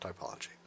typology